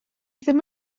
ddim